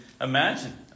imagine